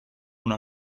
una